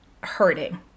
hurting